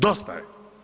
Dosta je.